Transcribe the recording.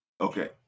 Okay